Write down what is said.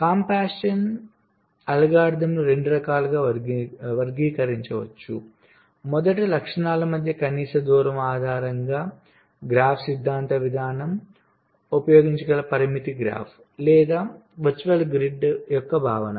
compaction అల్గోరిథంలను రెండు రకాలుగా వర్గీకరించవచ్చు మొదట లక్షణాల మధ్య కనీస దూరం ఆధారంగా గ్రాఫ్ సిద్ధాంత విధానం ఉపయోగించగల పరిమితి గ్రాఫ్ లేదా వర్చువల్ గ్రిడ్ యొక్క భావన